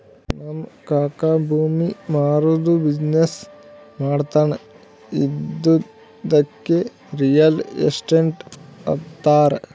ನಮ್ ಕಾಕಾ ಭೂಮಿ ಮಾರಾದ್ದು ಬಿಸಿನ್ನೆಸ್ ಮಾಡ್ತಾನ ಇದ್ದುಕೆ ರಿಯಲ್ ಎಸ್ಟೇಟ್ ಅಂತಾರ